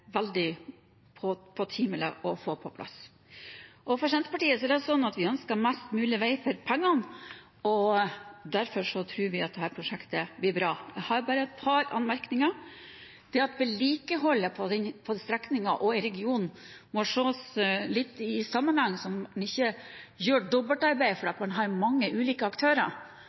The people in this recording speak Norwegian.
veldig betimelig å få på plass. Senterpartiet ønsker mest mulig vei for pengene, og derfor tror vi at dette prosjektet blir bra. Jeg har bare et par anmerkninger. Vedlikeholdet på strekningen og i regionen må ses litt i sammenheng, så man ikke gjør dobbeltarbeid, for her er det mange ulike aktører.